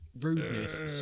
rudeness